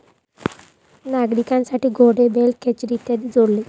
नांगरणीसाठी घोडे, बैल, खेचरे इत्यादी जोडले जातात